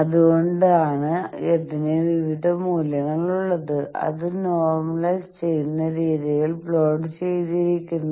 അതുകൊണ്ടാണ് ഇതിന് വിവിധ മൂല്യങ്ങൾ ഉള്ളത് അത് നോർമലൈസ് ചെയ്യുന്ന രീതിയിൽ പ്ലോട്ട് ചെയ്തിരിക്കുന്നു